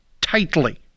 tightly